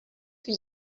for